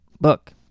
book